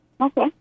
Okay